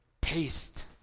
taste